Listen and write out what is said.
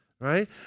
Right